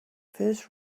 first